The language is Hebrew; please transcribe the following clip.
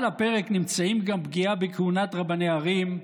על הפרק נמצאות גם פגיעה בכהונת רבני ערים,